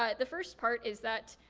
ah the first part is that,